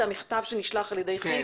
זה המכתב שנשלח על ידי כי"ל.